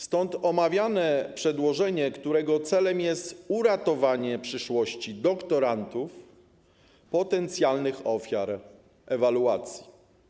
Stąd omawiane przedłożenie, którego celem jest uratowanie przyszłości doktorantów - potencjalnych ofiar ewaluacji.